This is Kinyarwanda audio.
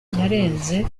yarenze